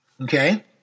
Okay